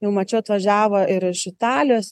jau mačiau atvažiavo ir iš italijos